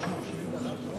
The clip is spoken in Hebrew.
אין נמנעים.